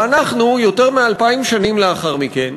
ואנחנו, יותר מ-2,000 שנים לאחר מכן,